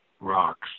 rocks